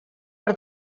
per